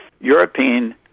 European